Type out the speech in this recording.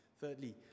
thirdly